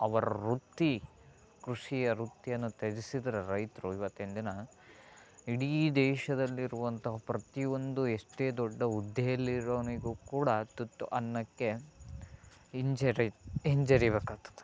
ಅವರ ವೃತ್ತಿ ಕೃಷಿಯ ವೃತ್ತಿಯನ್ನ ತ್ಯಜಿಸಿದರೆ ರೈತರು ಇವತ್ತಿನ ದಿನ ಇಡೀ ದೇಶದಲ್ಲಿ ಇರುವಂತಹ ಪ್ರತಿಯೊಂದು ಎಷ್ಟೇ ದೊಡ್ಡ ಹುದ್ದೆಯಲ್ಲಿ ಇರೋನಿಗೂ ಕೂಡ ತುತ್ತು ಅನ್ನಕ್ಕೆ ಹಿಂಜರಿಬೇಕಾಗ್ತದೆ